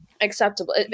acceptable